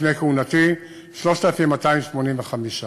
לפני כהונתי היו 3,285 הרוגים.